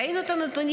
ראינו את הנתונים,